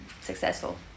successful